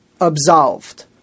absolved